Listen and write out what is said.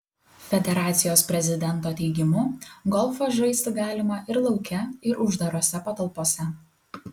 federacijos prezidento teigimu golfą žaisti galima ir lauke ir uždarose patalpose